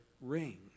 ring